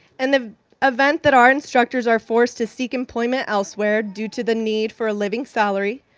and the event that our instructors are forced to seek employment elsewhere due to the need for a living salary,